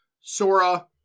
Sora